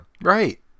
Right